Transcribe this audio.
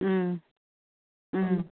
ꯎꯝ ꯎꯝ